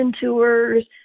tours